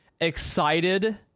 excited